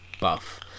buff